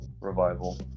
revival